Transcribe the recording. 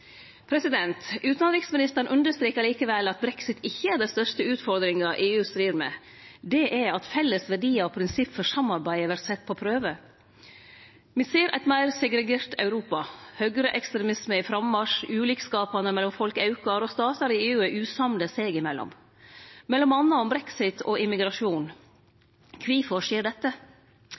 Utanriksministeren understreka likevel at brexit ikkje er den største utfordringa EU strir med – det er at felles verdiar og prinsipp for samarbeidet vert sett på prøve. Me ser eit meir segregert Europa. Høgreekstremisme er i frammarsj, ulikskapane mellom folk aukar, og statar i EU er usamde seg imellom, m.a. om brexit og immigrasjon. Kvifor skjer dette?